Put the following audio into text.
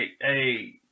hey